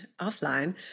offline